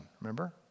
remember